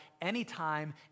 anytime